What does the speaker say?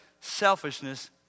selfishness